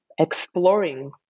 exploring